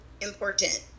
important